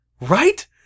right